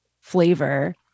flavor